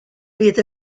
bydd